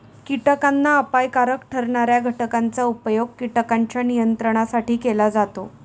कीटकांना अपायकारक ठरणार्या घटकांचा उपयोग कीटकांच्या नियंत्रणासाठी केला जातो